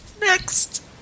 Next